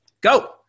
go